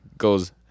goes